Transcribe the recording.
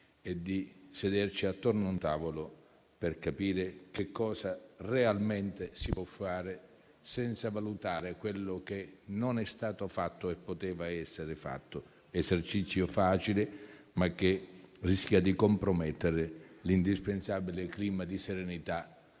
e di sederci attorno a un tavolo, per capire cosa realmente si può fare, senza valutare quello che non è stato fatto e avrebbe potuto essere fatto: esercizio facile, ma che rischia di compromettere l'indispensabile clima di serenità,